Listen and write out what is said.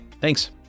Thanks